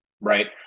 right